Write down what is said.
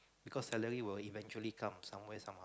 because salary will eventually come somewhere somehow